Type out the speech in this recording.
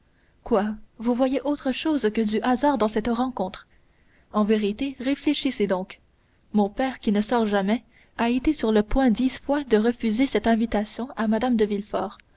quoi vous voyez autre chose que du hasard dans cette rencontre en vérité réfléchissez donc mon père qui ne sort jamais a été sur le point dix fois de refuser cette invitation à mme de